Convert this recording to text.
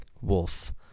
Wolf